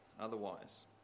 otherwise